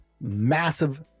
massive